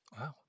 Wow